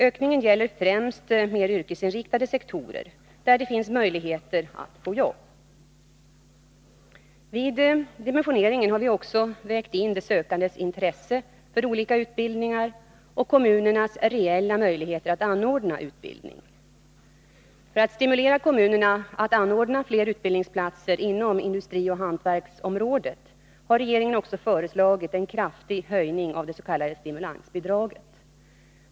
Ökningen gäller vissa mer yrkesinriktade sektorer, där det finns möjligheter att få jobb. Vid dimensioneringen har vi också vägt in de sökandes intresse för olika utbildningar och kommunernas reella möjligheter att anordna utbildning. För att stimulera kommunerna att anordna fler utbildningsplatser inom industrioch hantverksområdet har regeringen också föreslagit en kraftig höjning av det s.k. stimulansbidraget.